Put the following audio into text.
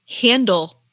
handle